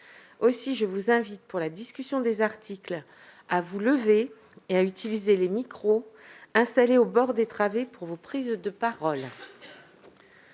Aussi, je vous invite, pour la discussion des articles, à vous lever et à utiliser les micros installés au bord des travées pour vos prises de parole.